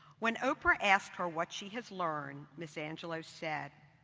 when oprah asked her what she has learned, ms. angelou said,